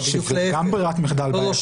שזו גם ברירת מחדל בעייתית.